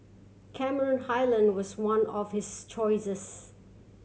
Cameron Highland was one of his choices